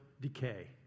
decay